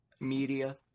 media